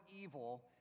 evil